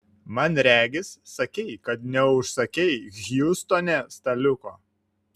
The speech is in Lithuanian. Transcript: man regis sakei kad neužsakei hjustone staliuko